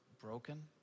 broken